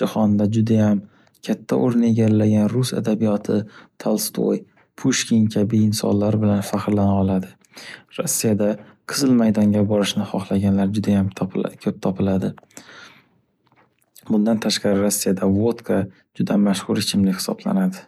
jahonda judayam katta o’rin egallagan rus adabiyoti Tolstoy, Pushkin kabi insonlar bilan faxrlana oladi. Rossiyada Qizil maydonga borishni xohlaganlar judayam top- ko’p topiladi. Bundan tashqari Rossiyada vodka juda mashxur ichimlik hisoblanadi.